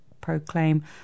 proclaim